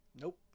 Nope